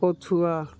ପଛୁଆ